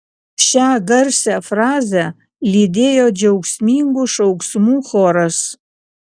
šią garsią frazę lydėjo džiaugsmingų šauksmų choras